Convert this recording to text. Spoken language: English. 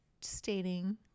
stating